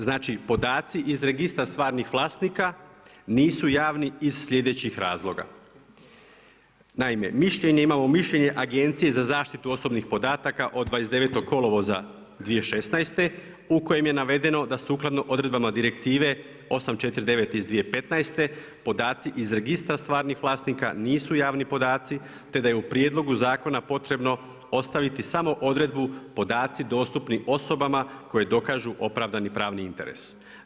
Znači podaci iz registra stvarnih vlasnika nisu javni iz sljedećih razloga, naime, mišljenje imamo, mišljenje Agencije za zaštitu osobnih podataka, od 29.8.2016., u kojem je navedeno da sukladno odredbama Direktive 849 iz 2015. podaci iz registra stvarnih vlasnika nisu javni podaci te da je u prijedlogu zakona potrebno ostaviti samo odredbu, podaci dostupni osobama koji dokažu opravdani pravni interes.